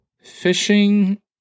Fishing